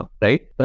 right